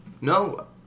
No